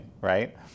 right